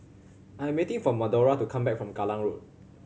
I am waiting for Madora to come back from Kallang Road